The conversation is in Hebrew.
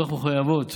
תוך מחויבות